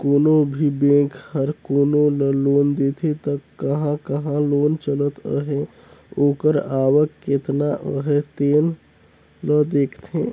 कोनो भी बेंक हर कोनो ल लोन देथे त कहां कहां लोन चलत अहे ओकर आवक केतना अहे तेन ल देखथे